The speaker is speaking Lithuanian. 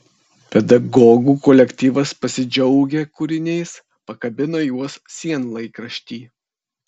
pedagogų kolektyvas pasidžiaugia kūriniais pakabina juos sienlaikrašty